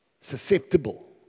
susceptible